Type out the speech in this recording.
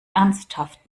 ernsthaft